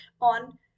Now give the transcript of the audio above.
on